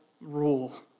rule